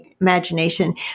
imagination